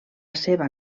seva